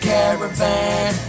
Caravan